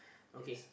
okay